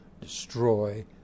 destroy